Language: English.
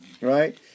right